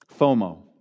FOMO